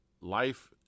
life